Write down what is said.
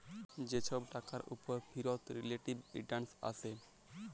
যে ছব টাকার উপর ফিরত রিলেটিভ রিটারল্স আসে